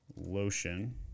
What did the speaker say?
Lotion